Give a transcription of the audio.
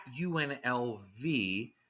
UNLV –